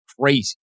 Crazy